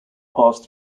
passed